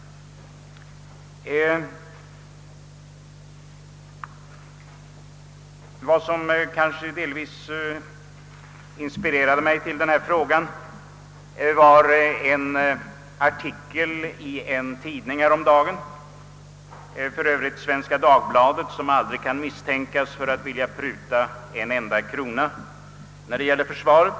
Vad som kanske delvis inspirerade mig till denna fråga var en artikel häromdagen i Svenska Dagbladet, som ju för övrigt aldrig kan misstänkas för att vilja pruta en enda krona när det gäller försvaret.